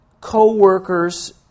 co-workers